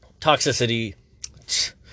Toxicity